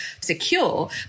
secure